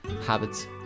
habits